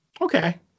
Okay